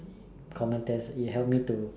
common test it help me to